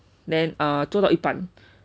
then err 做到一半